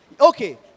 okay